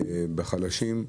שנוגע לחלשים.